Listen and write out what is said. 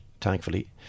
thankfully